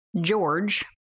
George